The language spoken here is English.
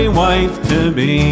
wife-to-be